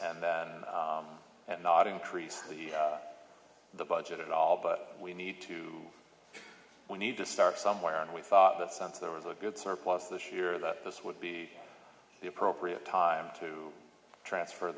that and not increase the the budget at all but we need to we need to start somewhere and we thought that since there was a good surplus this year that this would be the appropriate time to transfer